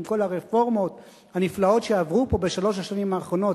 עם כל הרפורמות הנפלאות שעברו פה בשלוש השנים האחרונות,